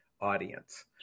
audience